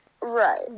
Right